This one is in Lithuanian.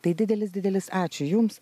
tai didelis didelis ačiū jums